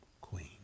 queen